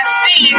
see